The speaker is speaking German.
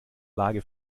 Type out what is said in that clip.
lage